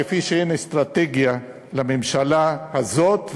כפי שאין אסטרטגיה לממשלה הזאת,